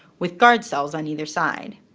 with guard cells on either side.